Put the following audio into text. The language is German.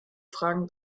fragen